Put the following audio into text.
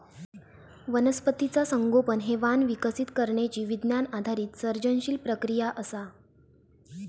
वनस्पतीचा संगोपन हे वाण विकसित करण्यची विज्ञान आधारित सर्जनशील प्रक्रिया असा